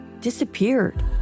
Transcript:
disappeared